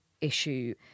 issue